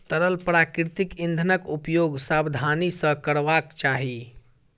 तरल प्राकृतिक इंधनक उपयोग सावधानी सॅ करबाक चाही